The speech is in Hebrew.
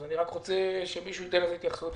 ואני רוצה שמישהו ייתן לזה התייחסות,